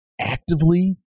actively